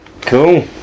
Cool